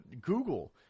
Google